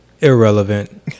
Irrelevant